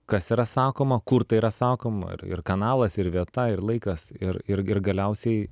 kas yra sakoma kur tai yra sakoma ir ir kanalas ir vieta ir laikas ir ir ir galiausiai